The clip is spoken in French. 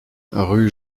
rue